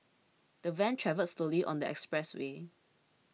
the van travelled slowly on the expressway